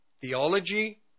theology